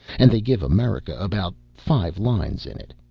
and they give america about five lines in it.